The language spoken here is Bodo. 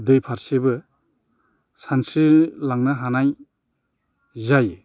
दै फारसेबो सानस्रिलांनो हानाय जायो